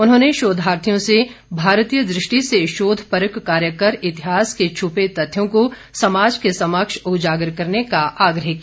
उन्होंने शोधार्थियों से भारतीय दृष्टि से शोध परक कार्य कर इतिहास के छपे तथ्यों को समाज के समक्ष उजागर करने का आग्रह किया